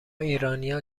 ایرانیا